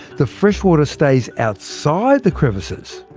the freshwater stays outside the crevices,